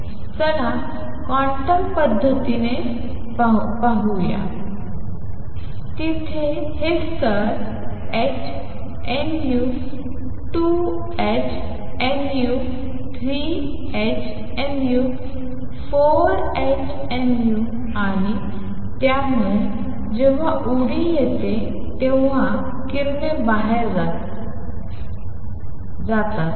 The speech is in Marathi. चला क्वांटम यांत्रिक पद्धतीने बघूया तेथे हे स्तर आहेत h nu 2 h nu 3 h nu 4 h nu आणि त्यामुळे आणि जेव्हा उडी येते तेव्हा किरणे बाहेर दिली जातात